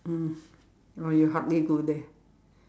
ah or you hardly go there